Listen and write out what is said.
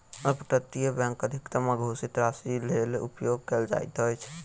up तटीय bank अधिकतम अघोषित राशिक लेल उपयोग कयल जाइत अछि